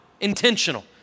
intentional